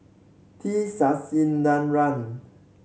T Sasitharan